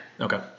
Okay